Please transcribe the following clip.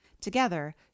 Together